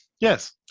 Yes